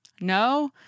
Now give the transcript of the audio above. No